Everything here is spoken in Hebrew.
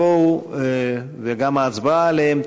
וגם ההצבעה עליהן,